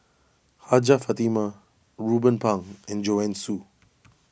Hajjah Fatimah Ruben Pang and Joanne Soo